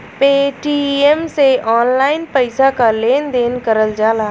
Paytm से online पइसा क लेन देन करल जाला